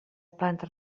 planta